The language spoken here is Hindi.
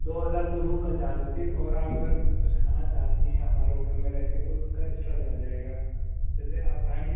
दो हजार तो रूम का चार्ज है सिर्फ और आप अगर कुछ खाना चाहती हैं हमारे होटल में रह के तो उसका एक्स्ट्रा चार्ज लगेगा जैसे आप आएंगी